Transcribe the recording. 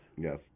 Yes